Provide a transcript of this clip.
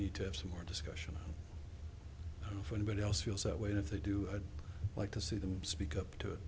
need to have some more discussion for anybody else feels that way if they do i'd like to see them speak up to